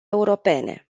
europene